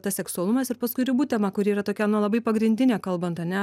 tas seksualumas ir paskui ribų temą kuri yra tokia nu labai pagrindinė kalbant ane